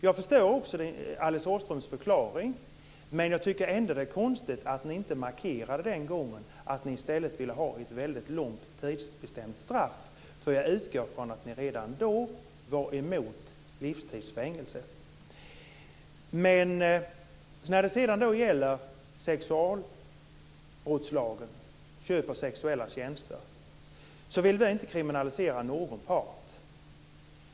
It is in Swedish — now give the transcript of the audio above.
Jag förstår Alice Åströms förklaring, men jag tycker ändå att det är konstigt att ni den gången inte markerade att ni i stället ville ha ett väldigt långt tidsbestämt straff, för jag utgår från att ni redan då var emot livstidsfängelse. När det sedan gäller sexualbrottslagen, att köpa sexuella tjänster, vill vi inte kriminalisera någon part.